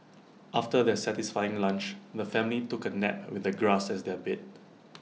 after their satisfying lunch the family took A nap with the grass as their bed